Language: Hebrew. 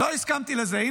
הינה,